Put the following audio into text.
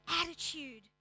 attitude